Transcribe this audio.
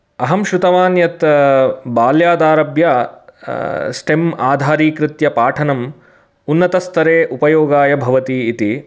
अहं श्रुतवान् यत् बाल्यादारभ्यः स्टेम् आधारिकृत्य पाठनम् उन्नतस्तरे उपयोगाय भवति इति